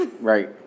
Right